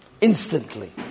instantly